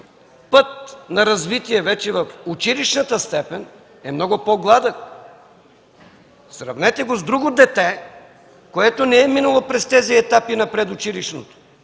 път на развитие вече в училищната степен е много по-гладък. Сравнете го с друго дете, което не е минало през тези етапи на предучилищност.